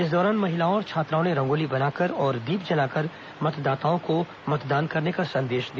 इस दौरान महिलाओं और छात्राओं ने रंगोली बनाकर और दीप जलाकर मतदाताओं को मतदान करने का संदेश दिया